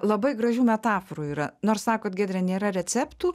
labai gražių metaforų yra nors sakot giedre nėra receptų